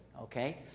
okay